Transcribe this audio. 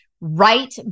right